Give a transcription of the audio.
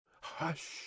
Hush